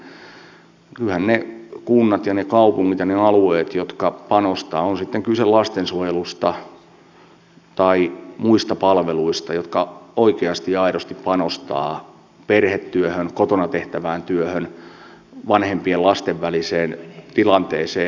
kyllähän ne kunnat ja ne kaupungit ja ne alueet jotka panostavat pärjäävät on sitten kyse lastensuojelusta tai muista palveluista jotka oikeasti ja aidosti panostavat perhetyöhön kotona tehtävään työhön vanhempien ja lasten väliseen tilanteeseen